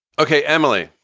ok. emily,